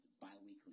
bi-weekly